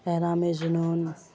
احرام جنون